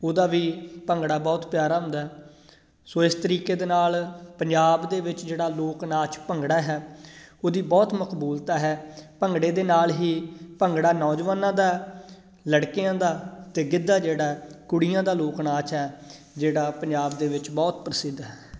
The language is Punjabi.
ਉਹਦਾ ਵੀ ਭੰਗੜਾ ਬਹੁਤ ਪਿਆਰਾ ਹੁੰਦਾ ਸੋ ਇਸ ਤਰੀਕੇ ਦੇ ਨਾਲ ਪੰਜਾਬ ਦੇ ਵਿੱਚ ਜਿਹੜਾ ਲੋਕ ਨਾਚ ਭੰਗੜਾ ਹੈ ਉਹਦੀ ਬਹੁਤ ਮਕਬੂਲਤਾ ਹੈ ਭੰਗੜੇ ਦੇ ਨਾਲ ਹੀ ਭੰਗੜਾ ਨੌਜਵਾਨਾਂ ਦਾ ਲੜਕਿਆਂ ਦਾ ਅਤੇ ਗਿੱਧਾ ਜਿਹੜਾ ਕੁੜੀਆਂ ਦਾ ਲੋਕ ਨਾਚ ਹੈ ਜਿਹੜਾ ਪੰਜਾਬ ਦੇ ਵਿੱਚ ਬਹੁਤ ਪ੍ਰਸਿੱਧ ਹੈ